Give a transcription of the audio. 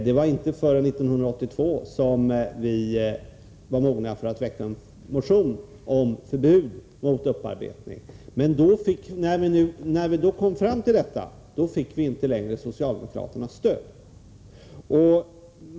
Det var inte förrän 1982 som vi var mogna för att väcka en motion om förbud mot upparbetning, men när vi då kom fram till detta fick vi inte längre socialdemokraternas stöd.